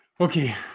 Okay